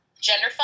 gender